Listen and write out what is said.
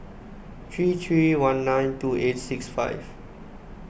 three three one nine two eight six five